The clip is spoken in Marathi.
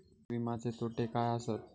विमाचे तोटे काय आसत?